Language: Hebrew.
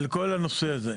על כל הנושא הזה.